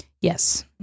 yes